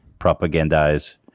propagandize